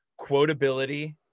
quotability